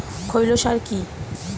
খৈল সার কি?